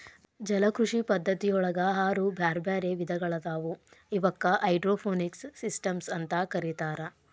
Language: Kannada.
ಜಲಕೃಷಿ ಪದ್ಧತಿಯೊಳಗ ಆರು ಬ್ಯಾರ್ಬ್ಯಾರೇ ವಿಧಗಳಾದವು ಇವಕ್ಕ ಹೈಡ್ರೋಪೋನಿಕ್ಸ್ ಸಿಸ್ಟಮ್ಸ್ ಅಂತ ಕರೇತಾರ